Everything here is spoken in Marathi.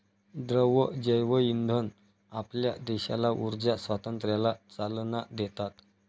द्रव जैवइंधन आपल्या देशाला ऊर्जा स्वातंत्र्याला चालना देतात